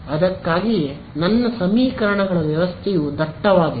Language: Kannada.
ಅದಕ್ಕಾಗಿಯೇ ನನ್ನ ಸಮೀಕರಣಗಳ ವ್ಯವಸ್ಥೆಯು ದಟ್ಟವಾಗಿತ್ತು